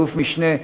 אלוף-משנה,